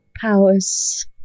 Powers